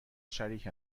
شریک